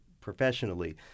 professionally